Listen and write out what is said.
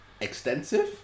extensive